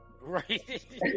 Right